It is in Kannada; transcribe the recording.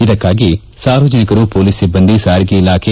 ಇದಕ್ಕಾಗಿ ಸಾರ್ವಜನಿಕರು ಹೊಲೀಸ್ ಸಿಬ್ಲಂದಿ ಸಾರಿಗೆ ಇಲಾಖೆ